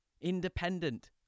Independent